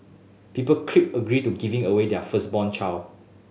people clicked agree to giving away their firstborn child